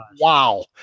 Wow